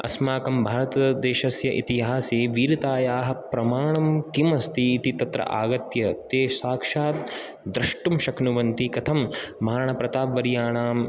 अस्माकं भारतदेशस्य इतिहासे वीरतायाः प्रमाणं किम् अस्ति इति तत्र आगत्य ते साक्षात् दृष्टुं शक्नुवन्ति कथं महाराणाप्रताप्वर्याणां